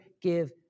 give